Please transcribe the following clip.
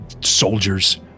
soldiers